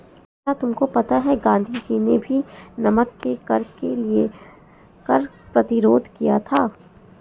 क्या तुमको पता है गांधी जी ने भी नमक के कर के लिए कर प्रतिरोध किया था